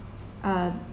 uh